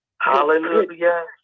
Hallelujah